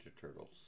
Turtles